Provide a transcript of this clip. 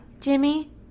Jimmy